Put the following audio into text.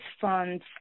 funds